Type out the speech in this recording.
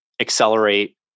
accelerate